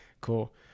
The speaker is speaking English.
Cool